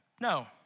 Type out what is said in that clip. no